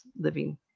living